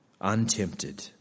untempted